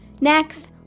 Next